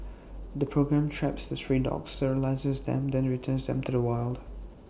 the programme traps the stray dogs sterilises them then returns them to the wild